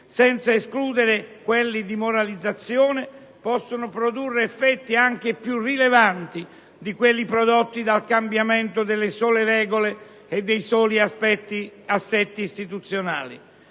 senza escludere quelli di moralizzazione, possono produrre effetti anche più rilevanti di quelli prodotti dal cambiamento delle sole regole e degli assetti istituzionali.